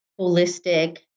holistic